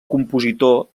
compositor